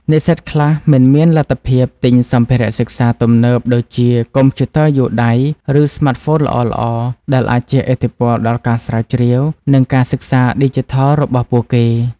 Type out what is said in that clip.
និស្សិតខ្លះមិនមានលទ្ធភាពទិញសម្ភារៈសិក្សាទំនើបដូចជា កុំព្យូទ័រយួរដៃ ឬស្មាតហ្វូនល្អៗ ដែលអាចជះឥទ្ធិពលដល់ការស្រាវជ្រាវ និងការសិក្សាឌីជីថលរបស់ពួកគេ។